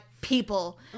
people